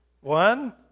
One